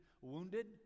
wounded